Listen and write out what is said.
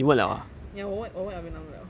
ya 我问我问 alvin lam liao